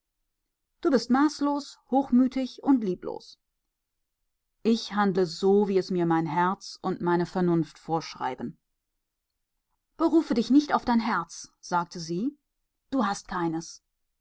du bist maßlos hochmütig und lieblos ich handle so wie es mir mein herz und meine vernunft vorschreiben berufe dich nicht auf dein herz sagte sie du hast